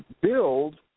build